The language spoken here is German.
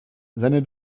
seine